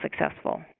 successful